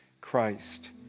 Christ